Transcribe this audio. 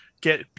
get